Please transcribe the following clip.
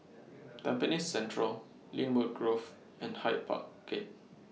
Tampines Central Lynwood Grove and Hyde Park Gate